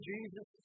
Jesus